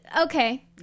Okay